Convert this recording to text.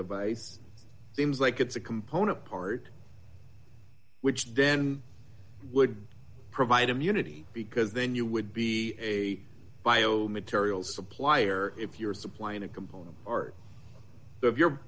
device seems like it's a component part which then would provide immunity because then you would be a bio material supplier if you're supplying a component or if you're